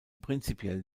prinzipiell